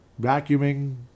vacuuming